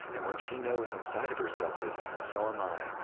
and what she knows inside of herself is, so am i.